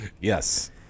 Yes